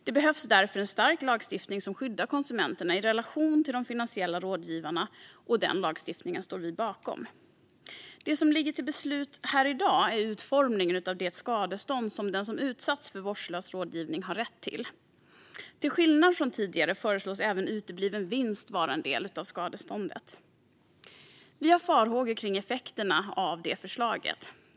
Det behövs därför en stark lagstiftning som skyddar konsumenterna i relation till de finansiella rådgivarna, och den lagstiftningen står vi bakom. Det som ligger för beslut här i dag är utformningen av det skadestånd som den som utsatts för vårdslös rådgivning har rätt till. Till skillnad från tidigare föreslås även utebliven vinst vara en del av skadeståndet. Vi har farhågor kring effekterna av det förslaget.